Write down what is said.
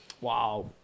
Wow